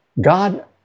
God